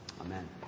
Amen